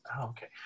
Okay